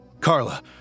Carla